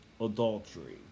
adultery